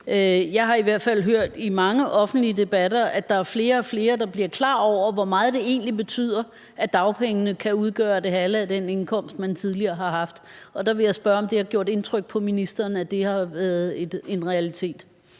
Jeg har i hvert fald hørt i mange offentlige debatter, at der er flere og flere, der bliver klar over, hvor meget det egentlig betyder, at dagpengene kan udgøre det halve af den indkomst, man tidligere har haft, og der vil jeg spørge, om det har gjort indtryk på ministeren, at det har været en realitet.